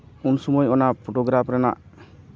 ᱩᱱ ᱥᱚᱢᱚᱭ ᱚᱱᱟ ᱯᱷᱳᱴᱳᱜᱨᱟᱯᱷ ᱨᱮᱱᱟᱜ